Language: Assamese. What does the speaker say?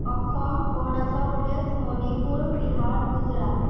অসম অৰুণাচল প্ৰদেশ মণিপুৰ বিহাৰ গুজৰাট